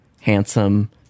handsome –